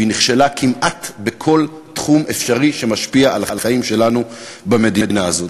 והיא נכשלה כמעט בכל תחום שמשפיע על החיים שלנו במדינה הזאת.